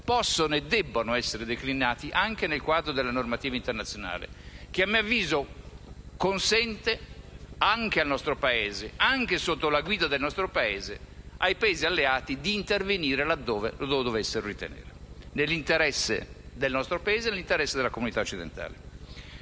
possono e debbono allora essere declinati anche nel quadro della normativa internazionale, che a mio avviso consente, anche al nostro Paese ed anche sotto la guida del nostro Paese, ai Paesi alleati di intervenire, laddove lo dovessero ritenere opportuno, nell'interesse del nostro Paese e nell'interesse della comunità occidentale.